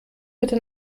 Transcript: bitte